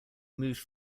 moved